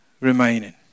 Remaining